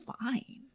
fine